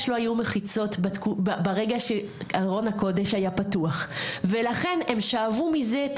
לא היו מחיצות ברגע שארון הקודש היה פתוח ולכן הם שאבו מזה את